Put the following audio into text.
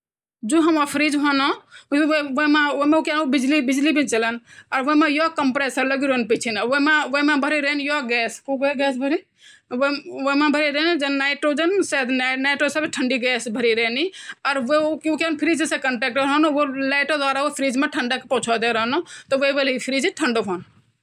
बुद्धिमान जानवर यंत वोंदु सभी भुधिमान हे ची बिना बुद्धिमानो तह क्वे नी ची पर जन बोलये की कुत्ता बुद्धिमान वोंदु हाथी और बिल्ली भी ची ये बहुत बुद्धिमान ची बन्दर भी बहुत बुद्धिमान ची बंदर जन बोलै बंदर सेना माँ भी ची |